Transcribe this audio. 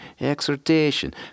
exhortation